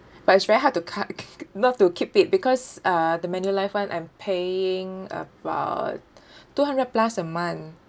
but it's very hard to cut c~ not to keep it because uh the manulife one I'm paying about two hundred plus a month